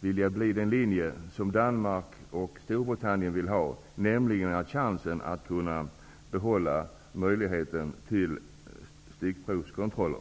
bli den linje som Danmark och Storbritannien kommer att följa, nämligen att försöka behålla möjligheten till stickprovskontroller?